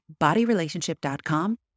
bodyrelationship.com